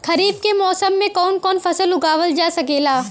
खरीफ के मौसम मे कवन कवन फसल उगावल जा सकेला?